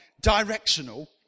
directional